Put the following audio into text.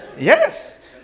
Yes